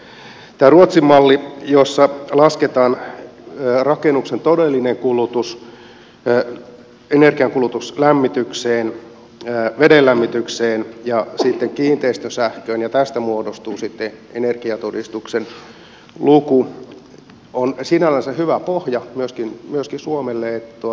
tämä ruotsin malli jossa lasketaan rakennuksen todellinen kulutus energiankulutus lämmitykseen veden lämmitykseen ja sitten kiinteistön sähköön ja tästä muodostuu sitten energiatodistuksen luku on sinällänsä hyvä pohja myöskin suomelle